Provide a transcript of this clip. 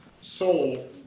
soul